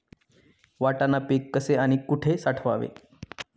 वाटाणा पीक कसे आणि कुठे साठवावे?